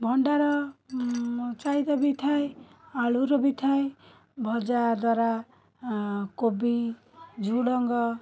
ଭଣ୍ଡାର ଚାହିଦା ବି ଥାଏ ଆଳୁର ବି ଥାଏ ଭଜା ଦ୍ୱାରା କୋବି ଝୁଡ଼ଙ୍ଗ